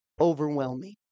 overwhelming